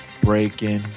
breaking